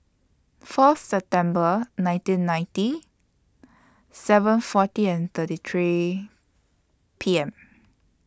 Fourth September nineteen ninety seven forty and thirty three P M